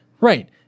Right